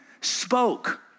spoke